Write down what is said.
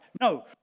No